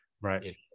Right